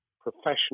professional